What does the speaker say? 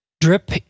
Drip